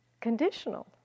Conditional